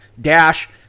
Dash